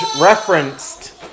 referenced